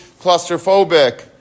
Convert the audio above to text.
claustrophobic